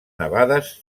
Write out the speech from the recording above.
nevades